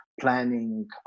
planning